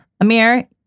Amir